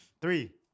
Three